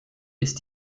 ist